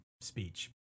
speech